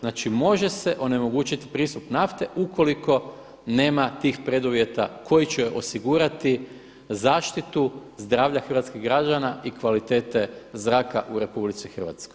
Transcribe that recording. Znači može se onemogućiti pristup nafte ukoliko nema tih preduvjeta koji će osigurati zaštitu zdravlja hrvatskih građana i kvalitete zraka u RH.